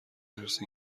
مرسی